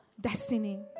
destiny